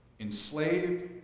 Enslaved